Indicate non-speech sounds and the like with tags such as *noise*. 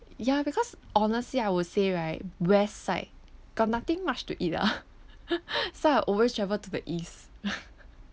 ya because honestly I would say right west side got nothing much to eat lah *laughs* so I always travel to the east